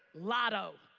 lotto!